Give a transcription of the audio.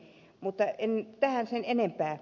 mutta ei tähän sen enempää